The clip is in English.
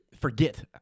forget